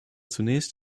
zunächst